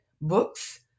books